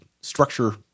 structure